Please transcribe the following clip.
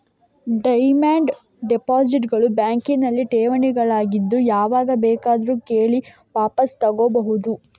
demand deposit ಗಳು ಬ್ಯಾಂಕಿನಲ್ಲಿ ಠೇವಣಿಗಳಾಗಿದ್ದು ಯಾವಾಗ ಬೇಕಿದ್ರೂ ಕೇಳಿ ವಾಪಸು ತಗೋಬಹುದು